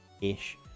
ish